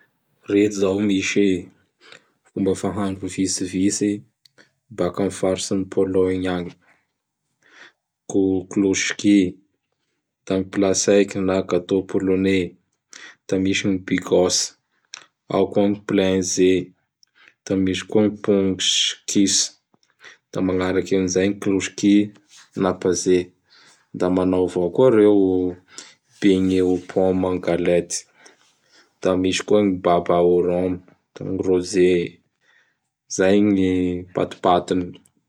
Reto zao misy fomba fahandro vitsivitsy baka am faritsy ny Pologny agny: Goklôsky; da Pla Sek na gatô Pôlônais; da misy ny Bigôse, ao koa gn Plenze, da msy koa gny Pongskisy, da magnaraky an zany gny Prosky na Bazé, da manao avao ko reo Beigne ô pome en Galete. Da misy koa gn Baba au Rôme, da gn Rôze. Zay gny patipatiny.